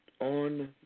on